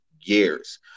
years